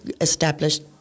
established